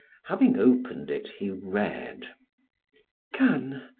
having opened it, he read cannes,